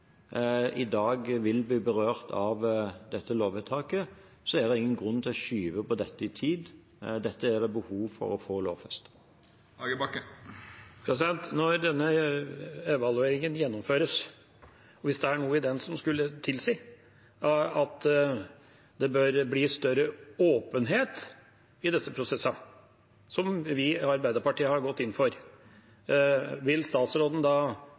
vil bli berørt av dette lovvedtaket, er det ingen grunn til å skyve på dette i tid. Dette er det behov for å få lovfestet. Hvis det er noe i den evalueringen, når den er gjennomført, som skulle tilsi at det bør bli større åpenhet i disse prosessene, som vi i Arbeiderpartiet har gått inn for, vil statsråden da